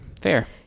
Fair